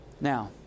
Now